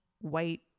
white